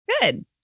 Good